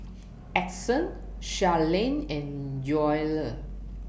Edson Sharleen and Joelle